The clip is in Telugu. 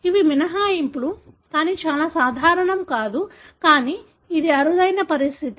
ఇవి మినహాయింపులు కానీ చాలా సాధారణం కాదు కానీ ఇది అరుదైన పరిస్థితి